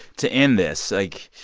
to end this, like,